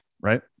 Right